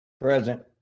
Present